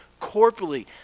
corporately